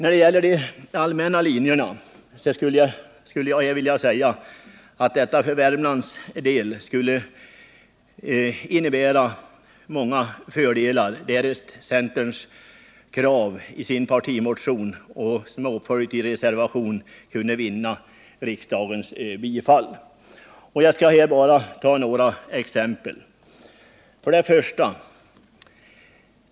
Beträffande de allmänna linjerna skulle det innebära många fördelar om centerns krav i partimotionen, som har följts upp i reservation, kunde vinna riksdagens bifall. Låt mig ta några exempel. 1.